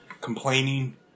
complaining